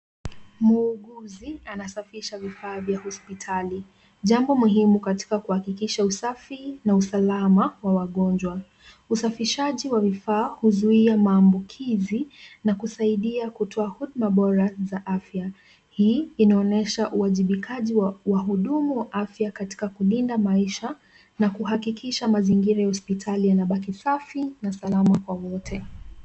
Muuguzi anasafisha vifaa vya hospitali, jambo muhimu katika kuhakikisha usafi na usalama wa wagonjwa. Usafishaji wa vifaa huzuia maambukizi na kusaidia kutoa huduma bora za afya. Hii inaonyesha uwajibikaji wa wahudumu wa afya katika kulinda maisha na kuhakikisha mazingira ya hospitali yanabaki safi na salama kwa wote.